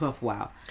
Wow